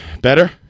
Better